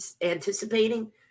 anticipating